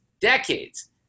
decades –